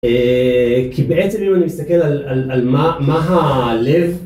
בעצם אם אני מסתכל על מה הלב